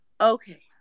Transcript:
okay